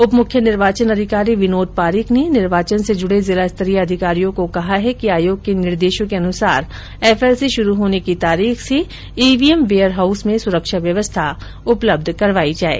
उपमुख्य निर्वाचन अधिकारी विनोद पारीक ने निर्वाचन से जुड़े जिला स्तरीय अधिकारियों को कहा है कि आयोग के निर्देशों के अनुसार एफएलसी शुरू होने की तारीख से ईवीएम वेयर हाउस में सुरक्षा व्यवस्था उपलब्ध करवाई े जाये